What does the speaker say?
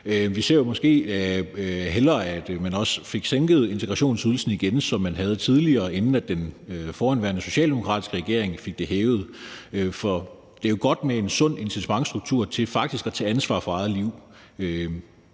Vi ser måske hellere, at man også fik sænket integrationsydelsen til det, som man havde tidligere, inden den forhenværende socialdemokratiske regering fik den hævet. For det er jo godt med en sund incitamentstruktur til faktisk at tage ansvar for eget liv.